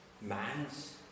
man's